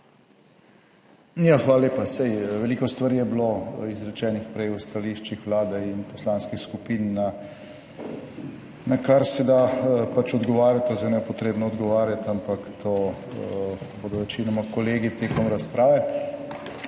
hvala lepa. Veliko stvari je bilo izrečenih prej v stališčih Vlade in poslanskih skupin, na kar se da pač odgovarjati, to je zdaj nepotrebno odgovarjati, ampak to bodo večinoma kolegi **22.